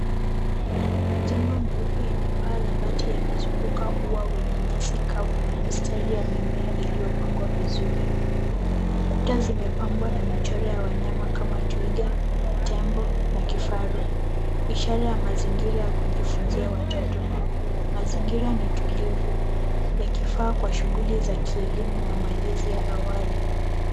Majengo meupe yenye paa la bati yamezunguka ua wenye nyasi kavu na mistari ya mimea iliyopangwa vizuri. Kuta zimepambwa na michoro ya wanyama kama twiga, tembo na kifaru, ishara ya mazingira ya kujifunzia watoto. Mazingira ni tulivu yakifaa kwa shughuli za kielimu na malezi ya awali.